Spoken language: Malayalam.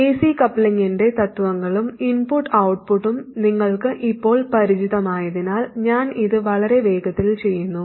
എസി കപ്ലിംഗിന്റെ തത്വങ്ങളും ഇൻപുട്ടും ഔട്ട്പുട്ടും നിങ്ങൾക്ക് ഇപ്പോൾ പരിചിതമായതിനാൽ ഞാൻ ഇത് വളരെ വേഗത്തിൽ ചെയ്യുന്നു